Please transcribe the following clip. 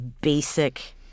basic –